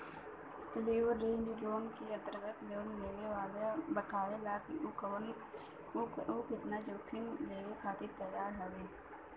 leverage loan क अंतर्गत loan लेवे वाला बतावला क उ केतना जोखिम लेवे खातिर तैयार हौ